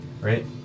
right